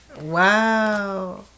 Wow